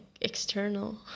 external